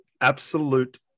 absolute